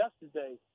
yesterday